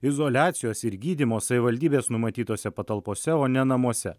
izoliacijos ir gydymo savivaldybės numatytose patalpose o ne namuose